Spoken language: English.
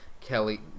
Kelly